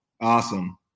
Awesome